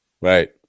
right